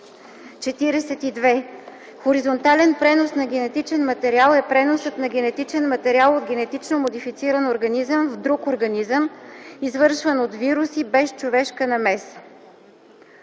42. „Хоризонтален пренос на генетичен материал” е преносът на генетичен материал от генетично модифициран организъм в друг организъм, извършван от вируси, без човешка намеса.”